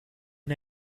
and